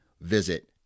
visit